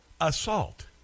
assault